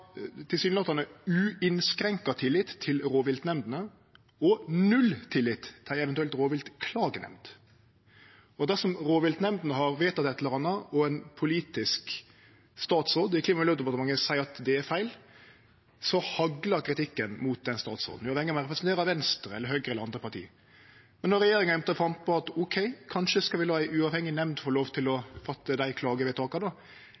til det er at Senterpartiet tilsynelatande har uinnskrenka tillit til rovviltnemndene og null tillit til ei eventuell rovviltklagenemnd. Dersom rovviltnemndene har vedteke eit eller anna og ein politisk statsråd i Klima- og miljødepartementet seier at det er feil, haglar kritikken mot den statsråden, uavhengig av om han eller ho representerer Venstre eller Høgre eller andre parti. Men når regjeringa ymtar frampå om at kanskje skal vi då la ei uavhengig nemnd få lov til